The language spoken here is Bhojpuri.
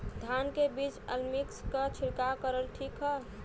धान के बिज में अलमिक्स क छिड़काव करल ठीक ह?